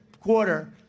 quarter